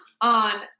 on